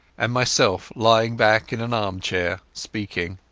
and myself lying back in an armchair, speaking.